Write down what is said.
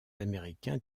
américains